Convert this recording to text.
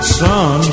son